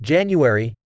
January